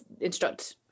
instruct